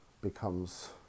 becomes